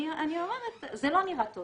אני אומרת, זה לא נראה טוב